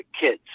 kids